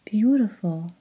Beautiful